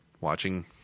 watching